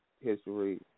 history